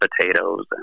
potatoes